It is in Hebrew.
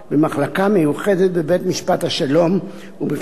למחלקה מיוחדת בבית-משפט השלום ובפני